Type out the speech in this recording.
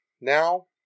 now